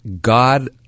God